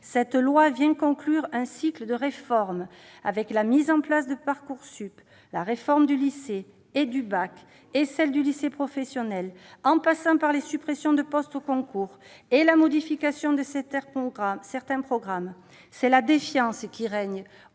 de loi vient conclure un cycle de réformes, avec la mise en place de Parcoursup, la réforme du lycée, y compris celle du lycée professionnel, et du bac, en passant par les suppressions de postes aux concours et la modification de certains programmes. C'est la défiance qui règne